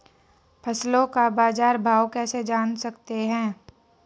फसलों का बाज़ार भाव कैसे जान सकते हैं?